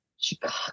Chicago